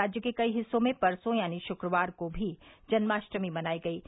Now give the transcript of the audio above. राज्य के कई हिस्सों में परसों यानी शुक्रवार को भी जन्माष्टमी मनायी गयी थी